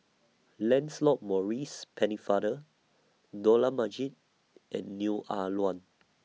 Lancelot Maurice Pennefather Dollah Majid and Neo Ah Luan